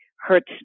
hurts